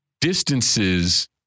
distances